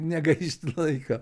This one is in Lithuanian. negaišt laiko